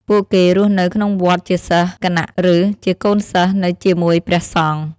ពួកគេរស់នៅក្នុងវត្តជាសិស្សគណឬជាកូនសិស្សនៅជាមួយព្រះសង្ឃ។